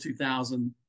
2000